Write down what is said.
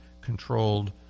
controlled